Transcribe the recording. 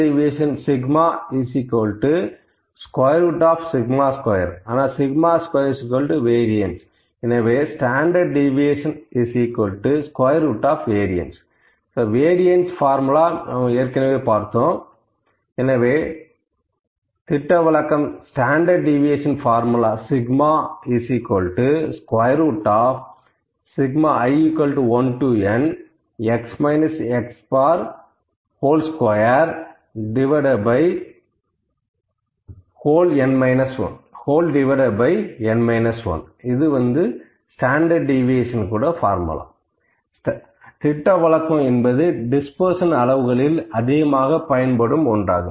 திட்டவிலக்கம் Standard deviation σ√σ2√Variance திட்டவிலக்கம் Standard deviation σ i 1n2n 1 திட்டவிலக்கம் என்பது டிஸ்பர்ஷன் அளவுகளில் அதிகமாக பயன்படுத்தப்படும் ஒன்றாகும்